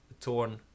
torn